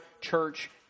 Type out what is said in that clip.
church